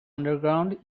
underground